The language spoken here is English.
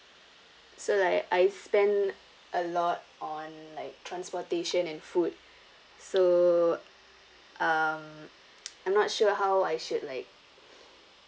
so like I spend a lot on like transportation and food so um I'm not sure how I should like